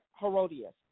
Herodias